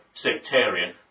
sectarian